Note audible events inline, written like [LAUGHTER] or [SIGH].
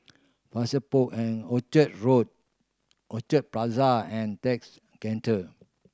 [UNINTELLIGIBLE] Port and Orchard Road Orchard Plaza and Text Centre